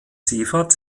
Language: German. seefahrt